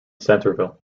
centreville